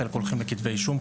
חלק הולכים לכתבי אישום,